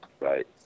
Right